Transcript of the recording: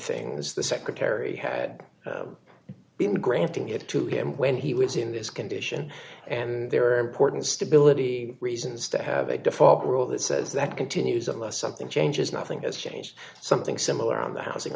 things the secretary had been granting it to him when he was in this condition and there are important stability reasons to have a default rule that says that continues unless something changes nothing has changed something similar on the housing